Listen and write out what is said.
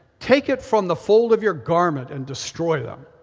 take it from the fold of your garment and destroy them.